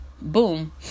Boom